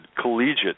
collegiate